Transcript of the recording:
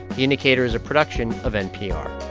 the indicator is a production of npr